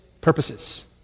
purposes